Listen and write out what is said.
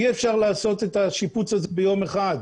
אי אפשר לעשות את השיפוץ הזה ביום אחד.